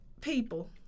People